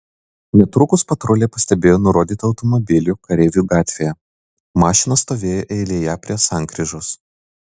netrukus patruliai pastebėjo nurodytą automobilį kareivių gatvėje mašina stovėjo eilėje prie sankryžos